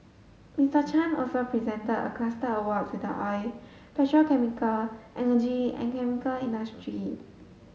Mister Chan also presented a cluster award to the oil petrochemical energy and chemical industry